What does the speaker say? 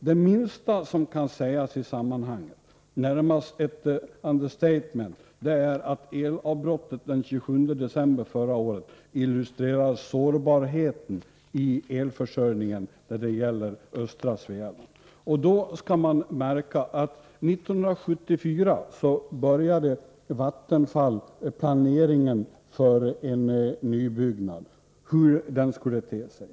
Det minsta som kan sägas i sammanhanget, närmast ett understatement, är att elavbrottet den 27 december förra året illustrerar sårbarheten i elförsörjningen när det gäller östra Svealand. Då skall man märka att Vattenfall 1974 började planera för en nybyggnad, hur den skulle te sig.